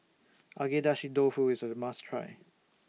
Agedashi Dofu IS A must Try